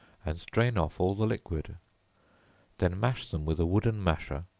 and drain off all the liquid then mash them with a wooden masher,